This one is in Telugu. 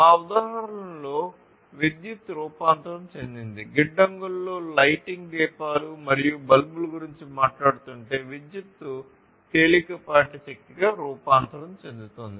మా ఉదాహరణలో విద్యుత్తు రూపాంతరం చెందింది గిడ్డంగులలో లైటింగ్ దీపాలు మరియు బల్బుల గురించి మాట్లాడుతుంటే విద్యుత్తు తేలికపాటి శక్తిగా రూపాంతరం చెందుతోంది